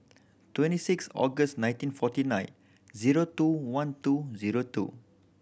twenty six August nineteen forty nine zero two one two zero two